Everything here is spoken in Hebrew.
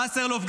וסרלאוף,